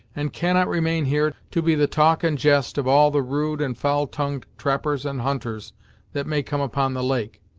and cannot remain here, to be the talk and jest of all the rude and foul tongu'd trappers and hunters that may come upon the lake.